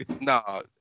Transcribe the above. No